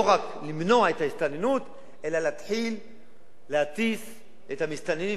לא רק למנוע את ההסתננות אלא להתחיל להטיס את המסתננים,